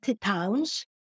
towns